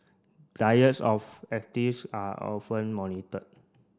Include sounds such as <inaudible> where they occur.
diets of <unintelligible> are often monitored